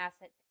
asset